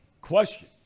question